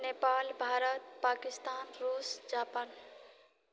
नेपाल भारत पाकिस्तान रूस जापान